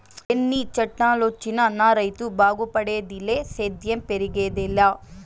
ఎన్ని చట్టాలొచ్చినా నా రైతు బాగుపడేదిలే సేద్యం పెరిగేదెలా